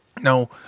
Now